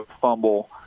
Fumble